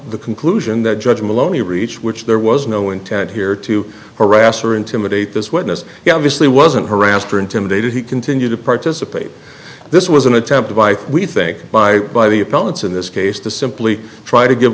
the conclusion that judge maloney reach which there was no intent here to harass or intimidate this witness you obviously wasn't harassed or intimidated he continued to participate this was an attempt by we think by by the appellants in this case to simply try to give